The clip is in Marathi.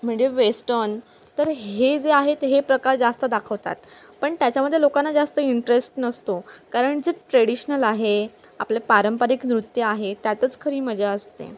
म्हणजे वेस्टन तर हे जे आहेत ते हे प्रकार जास्त दाखवतात पण त्याच्यामध्ये लोकांना जास्त इंटरेस्ट नसतो कारण जे ट्रेडिशनल आहे आपले पारंपरिक नृत्य आहे त्यातच खरी मजा असते